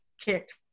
kicked